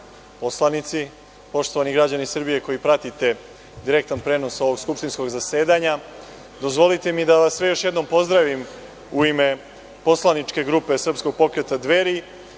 poslanici, poštovani građani Srbije koji pratite direktan prenos ovog skupštinskog zasedanja, dozvolite mi da vas sve još jednom pozdravim u ime poslaničke grupe Srpskog pokreta Dveri